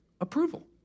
Approval